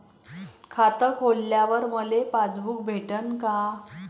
खातं खोलल्यावर मले पासबुक भेटन का?